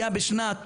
היה בשנת